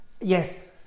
Yes